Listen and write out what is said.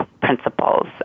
principles